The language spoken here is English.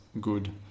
good